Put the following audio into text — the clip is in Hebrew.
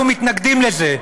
אנחנו מתנגדים לזה.